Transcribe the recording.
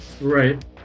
Right